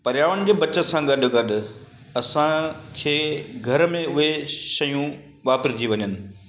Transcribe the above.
पर्यावरण जी बचति सां गॾु गॾु असांखे घर में उहे शयूं वापरिजी वञनि